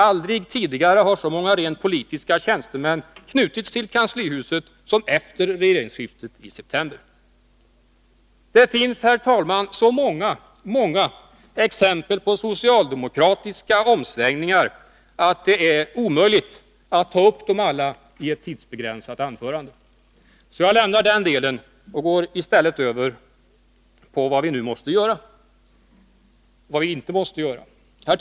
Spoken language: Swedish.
Aldrig tidigare har så många rent politiska tjänstemän knutits till kanslihuset som efter regeringsskiftet i september. Det finns, herr talman, så många, många exempel på socialdemokratiska omsvängningar att det är omöjligt att ta upp dem alla i ett tidsbegränsat anförande. Jag lämnar därför den delen och går i stället över till vad vi nu måste göra och vad vi inte får göra.